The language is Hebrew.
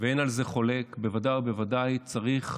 ואין על זה חולק, בוודאי ובוודאי צריך